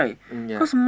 mm ya